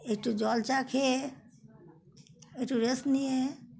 একটু জল চা খেয়ে একটু রেস্ট নিয়ে